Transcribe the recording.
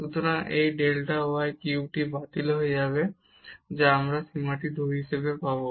সুতরাং এই delta y কিউবটি বাতিল হয়ে যাবে এবং আমরা এই সীমাটি 2 হিসেবে পাবো